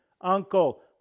uncle